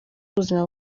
ubuzima